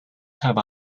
have